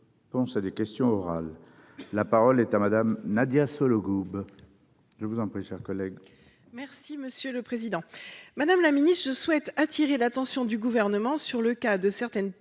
Ponce à des questions orales. La parole est à madame Nadia Sollogoub. Je vous en prie, chers collègues. Merci, monsieur le Président Madame la Ministre je souhaite attirer l'attention du gouvernement sur le cas de certaines petites